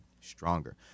stronger